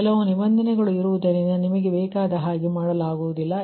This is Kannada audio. ಕೆಲವು ನಿಬಂದನೆಗಳು ಇರುವುದರಿಂದ ನಿಮಗೆ ಬೇಕಾದ ಹಾಗೆ ಮಾಡಲಾಗುವುದಿಲ್ಲ